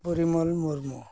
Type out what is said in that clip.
Parimal Murmu